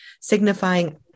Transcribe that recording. signifying